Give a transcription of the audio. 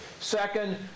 Second